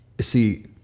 see